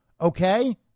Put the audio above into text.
okay